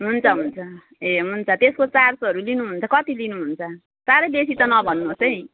हुन्छ हुन्छ ए हुन्छ त्यसको चार्जहरू लिनुहुन्छ कति लिनुहुन्छ साह्रै बेसी त नभन्नुहोस् है